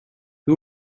who